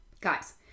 Guys